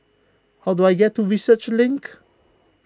how do I get to Research Link